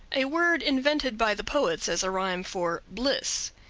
a word invented by the poets as a rhyme for bliss.